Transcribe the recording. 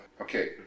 Okay